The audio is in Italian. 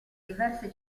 diverse